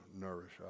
nourish